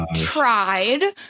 tried